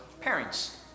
parents